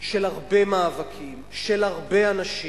של הרבה מאבקים של הרבה אנשים.